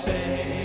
Say